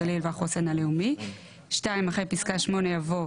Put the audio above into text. הגליל והחוסן הלאומי,"; אחרי פסקה (8) יבוא: